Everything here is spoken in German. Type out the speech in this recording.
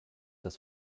das